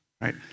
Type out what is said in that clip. right